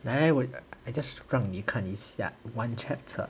eh 我 I just 让你看一下 one chapter